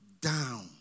down